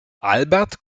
albert